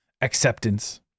acceptance